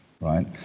right